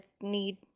need